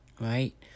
right